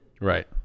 Right